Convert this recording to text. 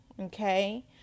Okay